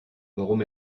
warum